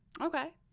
Okay